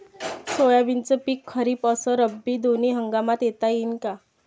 सोयाबीनचं पिक खरीप अस रब्बी दोनी हंगामात घेता येईन का?